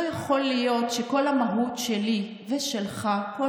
שלא יכול להיות שכל המהות שלי ושלך כל